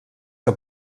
que